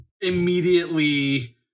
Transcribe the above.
immediately